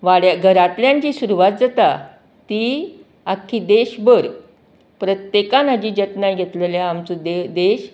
वाड्यार घरांतल्यान जी सुरवात जाता ती आख्खी देश भर प्रत्येकान आमी जतनाय घेतली जाल्यार आमचो देश